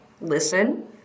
listen